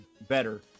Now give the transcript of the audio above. better